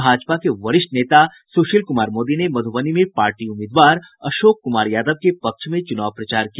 भाजपा के वरिष्ठ नेता सुशील कुमार मोदी ने मध्रबनी में पार्टी उम्मीदवार अशोक कुमार यादव के पक्ष में चूनाव प्रचार किया